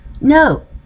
no